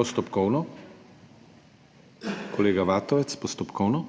Postopkovno, Kolega Vatovec. Postopkovno.